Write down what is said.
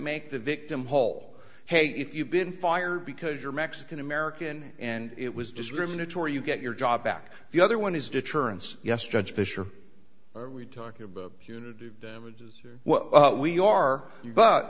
make the victim whole hey if you've been fired because you're mexican american and it was discriminatory you get your job back the other one is deterrence yes judge fisher are we talking about punitive damages what we are bu